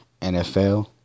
NFL